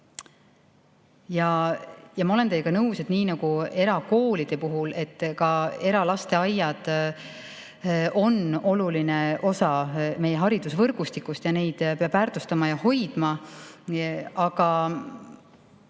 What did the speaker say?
Ja ma olen teiega nõus, et nii nagu erakoolid, on ka eralasteaiad oluline osa meie haridusvõrgustikust ja neid peab väärtustama ja hoidma. Aga